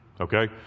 okay